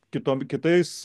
kitom kitais